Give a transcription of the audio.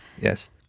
Yes